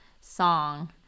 song